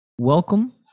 Welcome